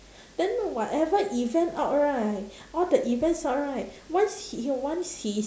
then whatever event out right all the events out right once he once he is